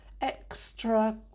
extra